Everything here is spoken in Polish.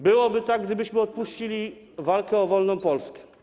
Byłoby tak, gdybyśmy odpuścili walkę o wolną Polskę.